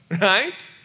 right